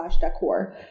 decor